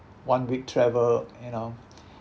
one week travel you know